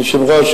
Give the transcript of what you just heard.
אדוני היושב-ראש,